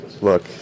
look